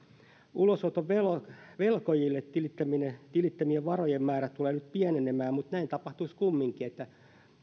ulosoton velkojille tilittämien varojen määrä tulee nyt pienenemään niin näin tapahtuisi kumminkin